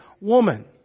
woman